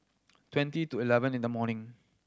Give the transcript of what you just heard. twenty to eleven in the morning